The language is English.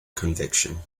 conviction